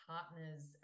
partners